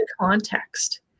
context